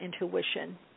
intuition